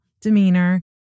demeanor